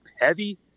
heavy